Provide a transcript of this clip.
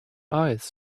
eyes